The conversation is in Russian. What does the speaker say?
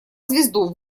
звезду